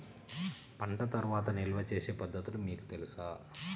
పంట తర్వాత నిల్వ చేసే పద్ధతులు మీకు తెలుసా?